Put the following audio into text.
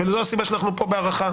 זאת לא הסיבה שאנחנו כאן בהארכה.